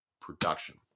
production